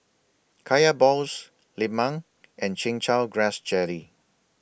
Kaya Balls Lemang and Chin Chow Grass Jelly